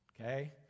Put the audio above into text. okay